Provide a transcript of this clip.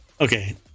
okay